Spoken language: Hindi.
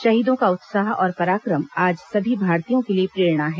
शहीदों का उत्साह और पराक्रम आज सभी भारतीयों के लिए प्रेरणा है